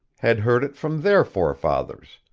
had heard it from their forefathers,